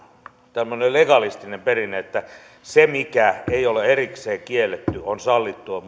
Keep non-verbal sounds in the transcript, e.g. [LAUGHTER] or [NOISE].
tämmöinen legalistinen perinne että se mikä ei ole erikseen kielletty on sallittua [UNINTELLIGIBLE]